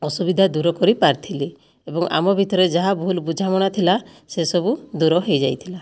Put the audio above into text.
ଅସୁବିଧା ଦୂର କରିପାରିଥିଲି ଏବଂ ଆମ ଭିତରେ ଯାହା ଭୁଲ୍ ବୁଝାମଣା ଥିଲା ସେସବୁ ଦୂର ହୋଇଯାଇଥିଲା